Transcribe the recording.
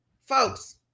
folks